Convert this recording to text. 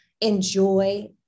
enjoy